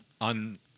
on